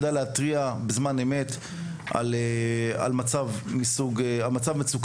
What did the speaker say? להתריע בזמן אמת על מצב מצוקה,